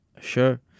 Sure